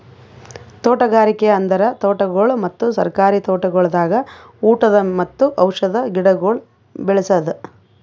ತೋಟಗಾರಿಕೆ ಅಂದುರ್ ತೋಟಗೊಳ್ ಮತ್ತ ಸರ್ಕಾರಿ ತೋಟಗೊಳ್ದಾಗ್ ಊಟದ್ ಮತ್ತ ಔಷಧ್ ಗಿಡಗೊಳ್ ಬೆ ಳಸದ್